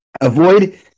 avoid